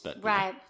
Right